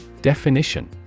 Definition